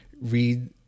read